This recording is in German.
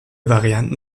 varianten